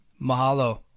mahalo